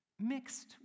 mixed